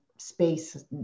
space